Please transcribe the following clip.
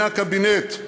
מהקבינט,